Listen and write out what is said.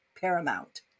paramount